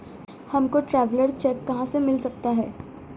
हमको traveller cheque कहाँ से मिल सकता है?